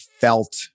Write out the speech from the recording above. felt